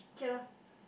okay lah